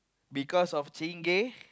because of Chingay